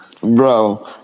Bro